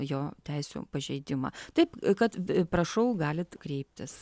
jo teisių pažeidimą tai kad prašau galit kreiptis